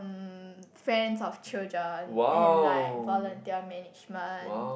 um friends of children and like volunteer management